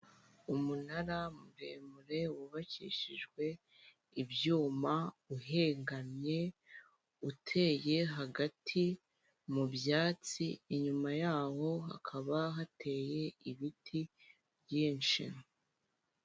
Umunara muremure wubakishijwe ibyuma uhengamye uteye hagati mu byatsi, inyuma yabo hakaba hateye ibiti byinshi.